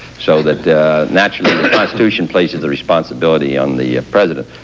so that naturally the constitution places a responsibility on the president.